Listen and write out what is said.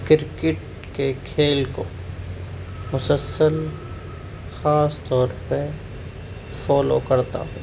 cricket کے کھیل کو مسلسل خاص طور پہ فالو کرتا ہوں